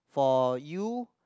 for you